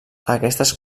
aquestes